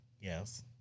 Yes